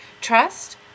Trust